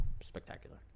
spectacular